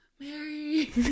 Mary